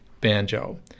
banjo